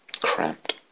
cramped